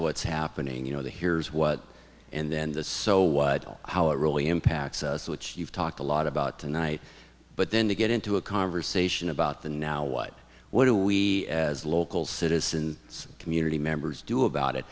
what's happening you know the here's what and this so what how it really impacts us which you've talked a lot about tonight but then to get into a conversation about the now what what do we as local citizens community members do about it